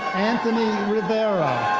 anthony rivera.